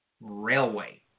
railway